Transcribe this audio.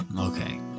okay